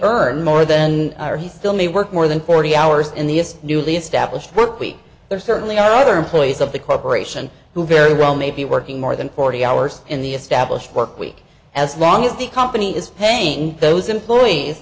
earn more then or he still may work more than forty hours in the newly established work week there certainly are other employees of the corporation who very well may be working more than forty hours in the established work week as long as the company is paying those employees